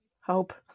Hope